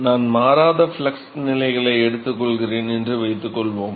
நான் மாறாத ஃப்ளக்ஸ் நிலைகளை எடுத்துக்கொள்கிறேன் என்று வைத்துக்கொள்வோம்